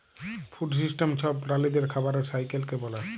food system ছব প্রালিদের খাবারের সাইকেলকে ব্যলে